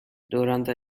durante